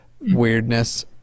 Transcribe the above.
weirdness